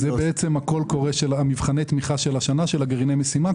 זה מבחני התמיכה לשנה של גרעיני המשימה.